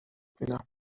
میدم